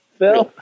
Phil